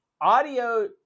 Audio